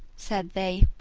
said they,